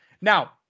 Now